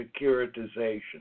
securitization